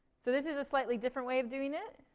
so this is a slightly different way of doing it.